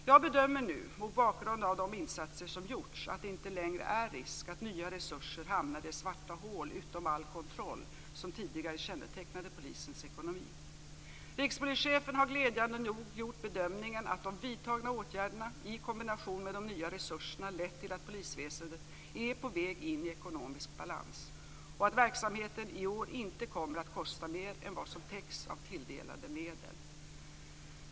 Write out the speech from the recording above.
Jag bedömer nu, mot bakgrund av de insatser som gjorts, att det inte längre finns risk för att nya resurser hamnar i svarta hål utom all kontroll, som tidigare kännetecknade polisens ekonomi. Rikspolischefen har glädjande nog gjort bedömningen att de vidtagna åtgärderna i kombination med de nya resurserna lett till att polisväsendet är på väg in i ekonomisk balans och att verksamheten i år inte kommer att kosta mer än vad som täcks av tilldelade medel.